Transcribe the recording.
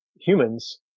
humans